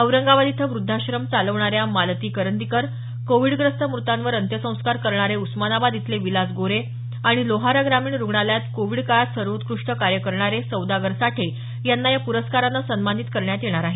औरंगाबाद इथं वृद्धाश्रम चालवणाऱ्या मालती करंदीकर कोविडग्रस्त मृतांवर अंत्यसंस्कार करणारे उस्मानाबाद इथले विलास गोरे आणि लोहारा ग्रामीण रुग्णालयात कोविड काळात सर्वोत्कृष्ट कार्य करणारे सौदागर साठे यांना या पुरस्कारानं सन्मानित करण्यात येणार आहे